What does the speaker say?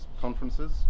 conferences